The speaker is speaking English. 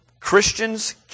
Christians